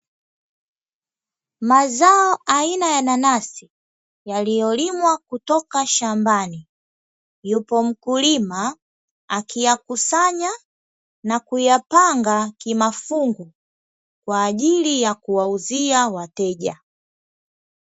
Mazao aina ya nanasi yaliyolimwa kutoka shambani, yupo mkulima akiyakusanya na kuyapanga kimafungu kwa ajili ya kuwauzia wateja.